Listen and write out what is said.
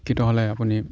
শিক্ষিত হ'লে আপুনি